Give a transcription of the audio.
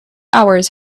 hours